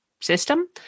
system